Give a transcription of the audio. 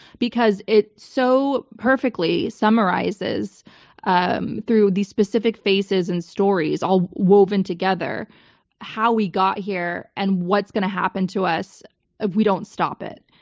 because it so perfectly summarizes um through these specific phases and stories all woven together how we got here and what's going to happen to us if we don't stop it.